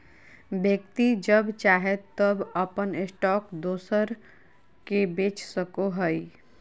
व्यक्ति जब चाहे तब अपन स्टॉक दोसर के बेच सको हइ